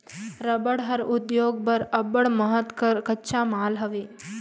रबड़ हर उद्योग बर अब्बड़ महत कर कच्चा माल हवे